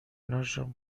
کنارشان